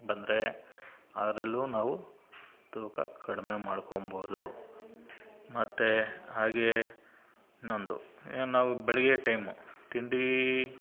ಬಂದರೆ ಅದರಲ್ಲೂ ನಾವು ತೂಕ ಕಡಿಮೆ ಮಾಡಿಕೊಂಬೋದು ಮತ್ತು ಹಾಗೆ ಇನ್ನೊಂದು ನಾವು ಬೆಳಗ್ಗೆ ಟೈಮು ತಿಂಡಿ